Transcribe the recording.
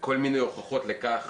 כל מיני הוכחות לכך